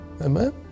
Amen